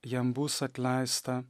jam bus atleista